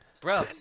bro